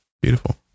Beautiful